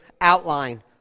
outline